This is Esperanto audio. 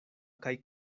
kaj